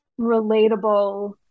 relatable